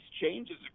changes